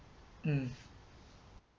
mm